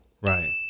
Right